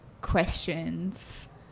questions